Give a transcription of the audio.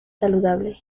saludable